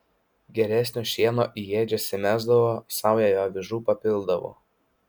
geresnio šieno į ėdžias įmesdavo saują avižų papildavo